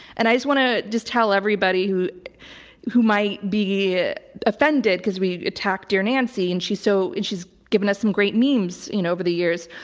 and i just want to just tell everybody who who might be ah offended because we attacked dear nancy, and she's so and she's given us some great memes you know over the years,